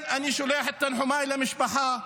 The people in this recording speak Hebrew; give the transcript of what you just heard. אני שולח את תנחומיי למשפחה.